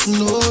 no